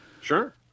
Sure